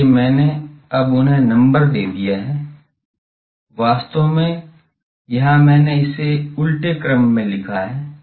इसलिए मैंने अब उन्हें नंबर दे दिया है वास्तव में यहाँ मैंने इसे उल्टे क्रम में लिखा है